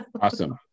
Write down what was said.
Awesome